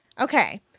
Okay